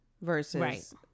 Versus